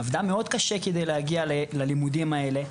עבדה מאוד קשה כדי להגיע ללימודים האלה,